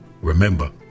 remember